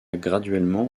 graduellement